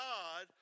God